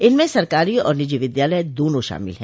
इनमें सरकारी और निजी विद्यालय दोनों शामिल हैं